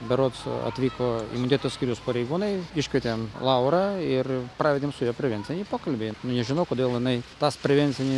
berods atvyko minėto skyriaus pareigūnai iškvietėm laurą ir pravedėm su ja prevencinį pokalbį nu nežinau kodėl jinai tas prevencini